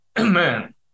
Man